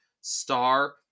Star